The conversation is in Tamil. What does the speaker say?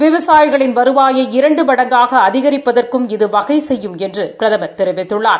விவசாயிகளின் வருவாயை இரண்டு மடங்காக அதிகரிப்பதற்கும் இது வகை செய்யும் என்று பிரதம் தெரிவித்துள்ளார்